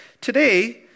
today